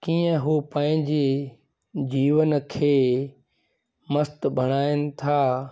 कीअं हूं पंहिंजे जीवन खे मस्तु बणाइनि था